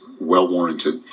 well-warranted